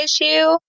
issue